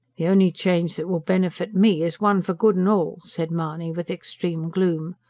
the only change that will benefit me is one for good and all, said mahony with extreme gloom.